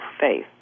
faith